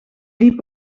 liep